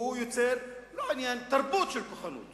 הוא יוצר תרבות של כוחנות